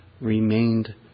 remained